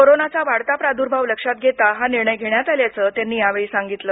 कोरोनाचा वाढता प्रादुर्भाव लक्षात घेता हा निर्णय घेण्यात आल्याचं त्यांनी यावेळी सांगितलं